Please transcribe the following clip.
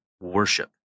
worship